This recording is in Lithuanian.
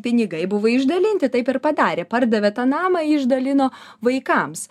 pinigai buvo išdalinti taip ir padarė pardavė tą namą jį išdalino vaikams